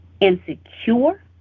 insecure